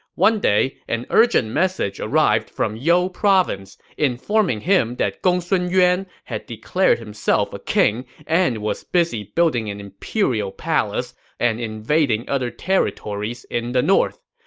one day, an urgent message arrived from you province, informing him that gongsun yuan had declared himself a king and was busy building an imperial palace and invading other territories in the north.